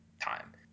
time